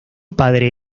padre